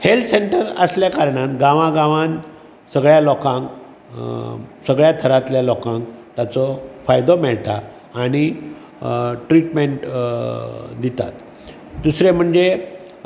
health centres आसल्या कारणान गांवा गांवान सगळ्या लोकांक सगळ्या थरांतल्या लोकांक ताचो फायदो मेळटा आनी ट्रिटमेंट दितात दुसरें म्हणजे